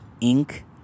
ink